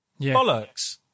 Bollocks